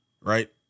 Right